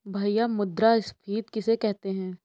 भैया मुद्रा स्फ़ीति किसे कहते हैं?